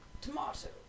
tomato